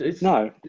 No